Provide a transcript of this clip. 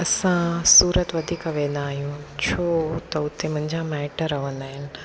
असां सूरत वधीक वेंदा आहियूं छो त उते मुंहिंजा माइट रहंदा आहिनि